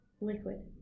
Liquid